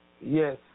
yes